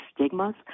stigmas